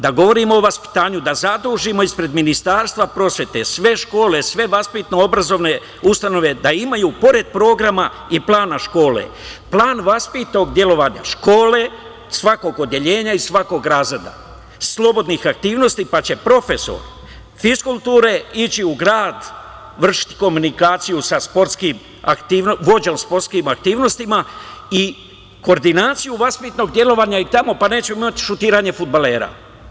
Da govorimo o vaspitanju, da zadužimo ispred Ministarstva prosvete sve škole, sve vaspitno-obrazovne ustanove da imaju pored programa i plana škole plan vaspitnog delovanja škole, svakog odeljenja i svakog razreda slobodnih aktivnosti, pa će profesor fiskulture ići u grad, vršiti komunikaciju sa vođom sportskih aktivnosti i koordinaciju vaspitnog delovanja i tamo, pa nećemo imati šutiranje fudbalera.